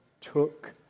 took